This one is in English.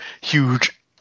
huge